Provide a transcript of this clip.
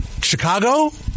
Chicago